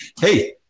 Hey